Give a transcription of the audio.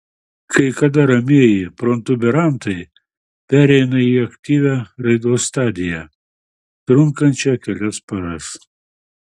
kai kada ramieji protuberantai pereina į aktyvią raidos stadiją trunkančią kelias paras